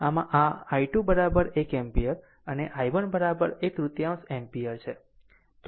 આમ આ i2 1 ampere અને i1 એક તૃતીયાંશ એમ્પીયર છે